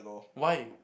why